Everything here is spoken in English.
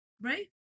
right